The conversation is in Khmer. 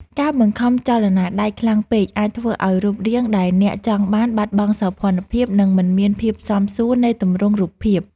ការបង្ខំចលនាដៃខ្លាំងពេកអាចធ្វើឱ្យរូបរាងដែលអ្នកចង់បានបាត់បង់សោភ័ណភាព និងមិនមានភាពសមសួននៃទម្រង់រូបភាព។